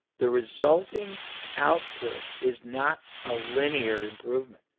the resulting output is not a linear improvement.